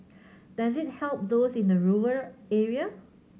does it help those in the rural area